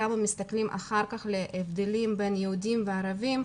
גם אם מסתכלים אחר כך על ההבדלים בין יהודים וערבים,